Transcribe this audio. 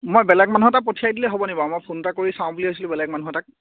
মই বেলেগ মানুহ এটা পঠিয়াই দিলে হ'ব নি বাৰু মই ফোন এটা কৰি চাওঁ বুলি ভাবিছিলোঁ বেলেগ মানুহ এটাক